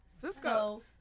Cisco